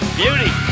beauty